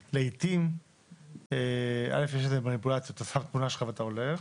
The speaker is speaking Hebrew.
לעתים אתה שם תמונה שלך ואתה הולך